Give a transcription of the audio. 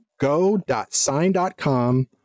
go.sign.com